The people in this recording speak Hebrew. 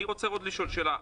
אני רוצה עוד לשאול שאלה,